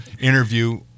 interview